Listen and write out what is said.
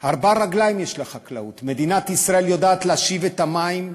ארבע רגליים יש לחקלאות: מדינת ישראל יודעת להשיב את המים,